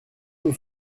nous